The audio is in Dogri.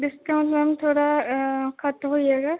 जिस का मतलब घट्ट गै रेट ऐ